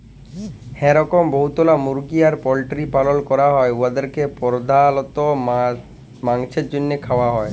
হাঁ রকম বহুতলা মুরগি আর পল্টিরির পালল ক্যরা হ্যয় উয়াদেরকে পর্ধালত মাংছের জ্যনহে খাউয়া হ্যয়